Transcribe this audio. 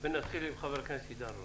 נתחיל עם חבר הכנסת עידן רול.